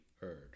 heard